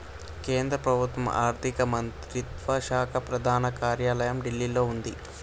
కేంద్ర ప్రభుత్వం ఆర్ధిక మంత్రిత్వ శాఖ ప్రధాన కార్యాలయం ఢిల్లీలో వుంది